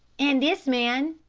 and this man,